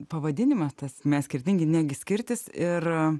pavadinimas tas mes skirtingi negi skirtis ir